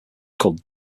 called